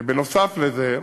נוסף על זה,